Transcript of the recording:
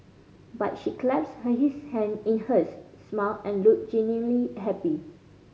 but she clasped his hand in hers smiled and looked genuinely happy